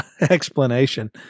explanation